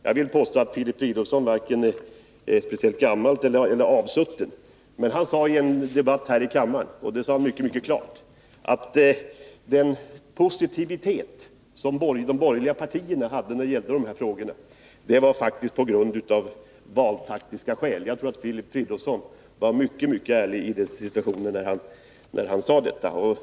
Jag påstår att Filip Fridolfsson varken är speciellt gammal eller avsutten. I en debatt här i kammaren sade han mycket klart att de borgerliga partiernas positivism i dessa frågor var valtaktisk. Jag tror att det var ett mycket ärligt uttalande av Filip Fridolfsson.